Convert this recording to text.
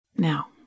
Now